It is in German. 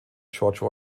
george